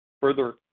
Further